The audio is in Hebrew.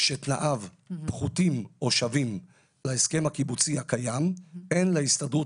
שתנאיו פחותים או שווים להסכם הקיבוצי הקיים - אין להסתדרות